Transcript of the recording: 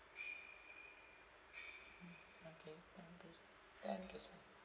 ten business